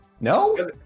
No